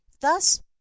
thus